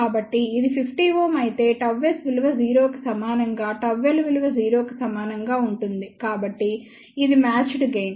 కాబట్టి ఇది 50 Ω అయితే Γs విలువ 0 కి సమానంగా ΓL విలువ 0 కి సమానంగా ఉంటుంది కాబట్టి ఇది మ్యాచ్డ్ గెయిన్